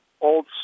old